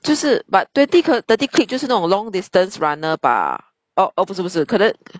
就是 but twenty thirty click 就是那种 long distance runner bah oh oh 不是不是可能